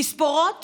תספורות